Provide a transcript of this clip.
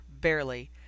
barely